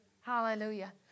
Hallelujah